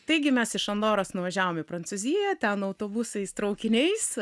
taigi mes iš andoros nuvažiavom į prancūziją ten autobusais traukiniais